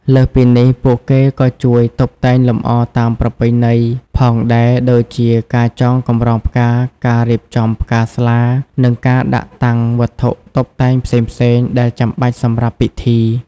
លើសពីនេះ ពួកគេក៏ជួយ តុបតែងលម្អតាមប្រពៃណី ផងដែរ ដូចជាការចង កម្រងផ្កា ការរៀបចំ ផ្កាស្លា និងការដាក់តាំង វត្ថុតុបតែងផ្សេងៗ ដែលចាំបាច់សម្រាប់ពិធី។